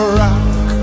rock